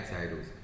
titles